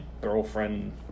girlfriend